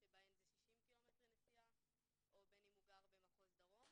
שבהן זה 60 ק"מ נסיעה או בין אם הוא גר במחוז דרום.